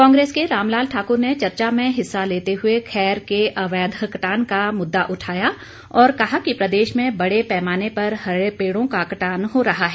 कांग्रेस के रामलाल ठाकुर ने चर्चा में हिस्सा लेते हुए खैर के अवैध कटान का मुद्दा उठाया और कहा कि प्रदेश में बड़े पैमाने पर हरे पेड़ों का कटान हो रहा है